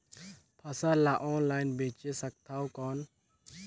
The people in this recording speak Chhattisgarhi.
फसल ला ऑनलाइन बेचे सकथव कौन?